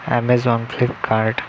amazon Flipkart